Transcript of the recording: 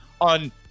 on